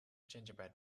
gingerbread